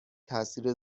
تاثیر